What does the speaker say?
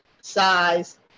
size